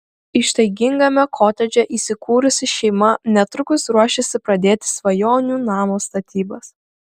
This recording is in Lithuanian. ištaigingame kotedže įsikūrusi šeima netrukus ruošiasi pradėti svajonių namo statybas